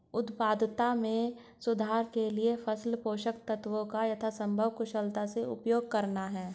उत्पादकता में सुधार के लिए फसल पोषक तत्वों का यथासंभव कुशलता से उपयोग करना है